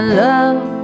love